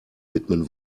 widmen